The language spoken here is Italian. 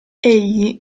egli